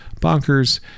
bonkers